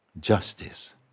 Justice